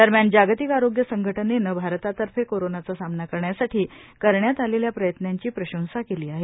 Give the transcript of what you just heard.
दरम्यान जागतिक आरोग्य संघटनानेनं भारतातर्फे कोरोनाचा सामना करण्यासाठी करण्यात आलेल्या प्रयत्नांची प्रशंशा केली आहे